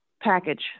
package